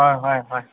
ꯍꯣꯏ ꯍꯣꯏ ꯍꯣꯏ